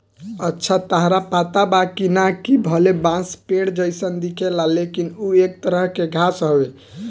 अच्छा ताहरा पता बा की ना, कि भले बांस पेड़ जइसन दिखेला लेकिन उ एक तरह के घास हवे